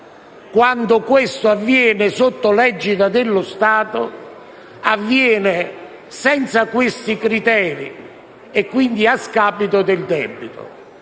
Quando questo avviene sotto l'egida dello Stato, avviene senza questi criteri e a scapito del debito.